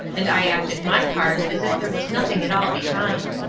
and i acted my part as if there was nothing at all behind.